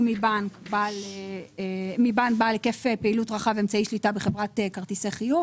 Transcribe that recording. מבנק בעל היקף פעילות רחב אמצעי שליטה בחברת כרטיסי חיוב.